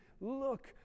look